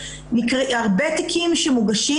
יש הרבה תיקים שמוגשים.